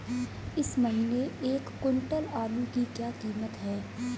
इस महीने एक क्विंटल आलू की क्या कीमत है?